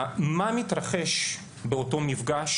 מה מתרחש באותו מפגש?